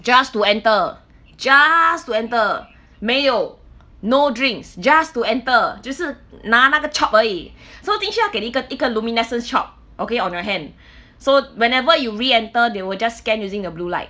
just to enter just to enter 没有 no drinks just to enter 就是拿那个 chop 而已 so 进去要给一个一个 luminescence chop okay on your hand so whenever you re-enter they will just scan using the blue light